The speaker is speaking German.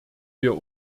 wir